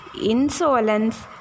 insolence